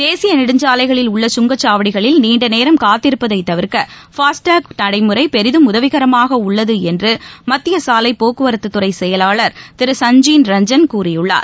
தேசிய நெடுஞ்சாலைகளில் உள்ள சுங்கச்சாவடிகளில் நீண்டநேரம் காத்திருப்பதைத் தவிர்க்க பாஸ்டேக் நடைமுறை பெரிதம் உதவிகரமாக உள்ளது என்று மத்திய சாலைப் போக்குவரத்தத்துறை செயலாளர் திரு சஞ்ஜீன் ரஞ்சன் கூறியுள்ளார்